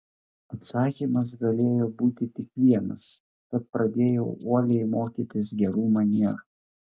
atsakymas galėjo būti tik vienas tad pradėjau uoliai mokytis gerų manierų